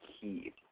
key